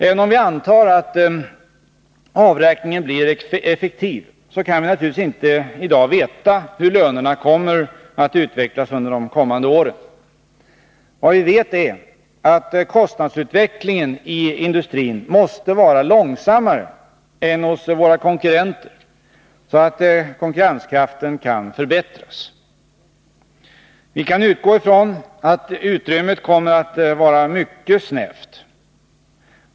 Även om vi antar att avräkningen blir effektiv, kan vi naturligtvis inte i dag veta hur lönerna kommer att utvecklas under de kommande åren. Vad vi vet är att kostnadsutvecklingen i industrin måste vara långsammare än hos våra konkurrenter, så att konkurrenskraften kan förbättras. Vi kan utgå ifrån att utrymmet kommer att vara mycket snävt.